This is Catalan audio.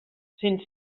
cent